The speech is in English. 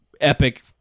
epic